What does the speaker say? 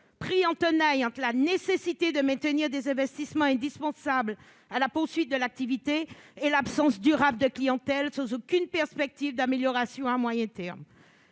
pris en tenaille entre la nécessité de maintenir des investissements indispensables à la poursuite de l'activité et l'absence durable de clientèle, sans aucune perspective d'amélioration à moyen terme.